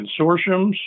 consortiums